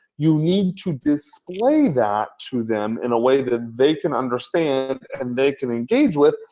you need to display that to them in a way that and they can understand and they can engage with.